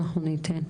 אנחנו ניתן.